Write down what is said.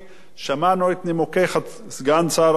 שמענו את נימוקי סגן שר האוצר,